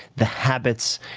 the habits,